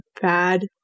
bad